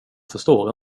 förstår